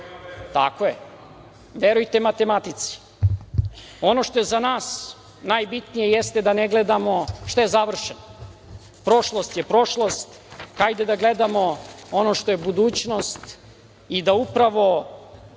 naravno. Verujte matematici. Ono što je za nas najbitnije jeste da ne gledamo šta je završeno. Prošlost je prošlost. Hajde da gledamo ono što je budućnost i da upravo